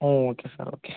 ಹ್ಞೂ okay sir okay